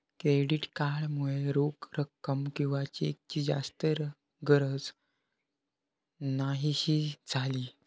credit card मुळे रोख रक्कम किंवा चेकची जास्त गरज न्हाहीशी झाली